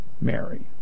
Mary